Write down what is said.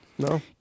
No